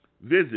Visit